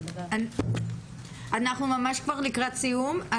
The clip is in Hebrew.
אנחנו ממש לקראת סיום.